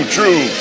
True